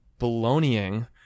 baloneying